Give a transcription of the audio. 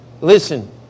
Listen